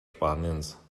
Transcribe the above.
spaniens